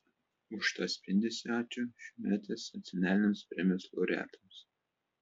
už tą spindesį ačiū šiųmetės nacionalinėms premijos laureatams